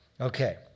Okay